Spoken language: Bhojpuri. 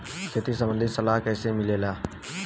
खेती संबंधित सलाह कैसे मिलेला?